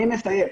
אני מסיים.